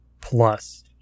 Plus